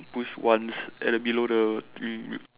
push once at the below the